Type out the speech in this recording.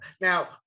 Now